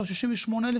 לא 68,000,